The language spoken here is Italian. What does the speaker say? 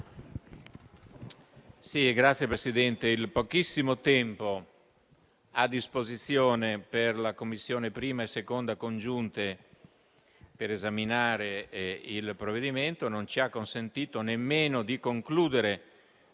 Signor Presidente, il pochissimo tempo a disposizione per le Commissioni 1a e 2a riunite per esaminare il provvedimento non ci ha consentito nemmeno di concludere